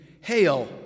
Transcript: Hail